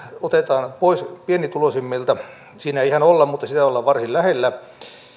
otetaan pois pienituloisimmilta siinä ei ihan olla mutta siinä ollaan varsin lähellä